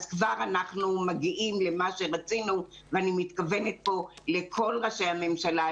אז כבר אנחנו מגיעים למה שרצינו ואני מתכוונת פה לכל ראשי הממשלה,